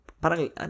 parang